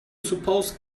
suppose